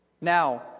Now